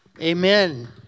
Amen